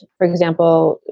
for example,